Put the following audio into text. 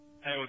Hey